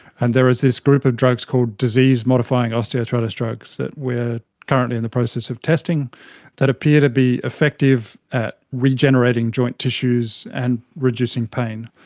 and there are this group of drugs called disease modifying osteoarthritis drugs that we are currently in the process of testing that appear to be effective at regenerating joint tissues and reducing pain.